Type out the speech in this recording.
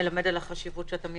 מלמד על החשיבות שאתה מייחס,